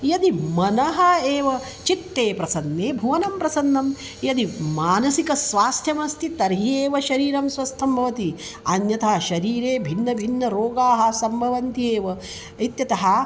यदि मनः एव चित्ते प्रसन्ने भुवनं प्रसन्नं यदि मानसिकस्वास्थ्यमस्ति तर्हि एव शरीरं स्वस्थं भवति अन्यथा शरीरे भिन्नभिन्नरोगाः सम्भवन्त्येव इत्यतः